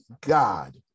God